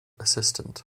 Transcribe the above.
assistant